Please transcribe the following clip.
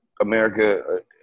America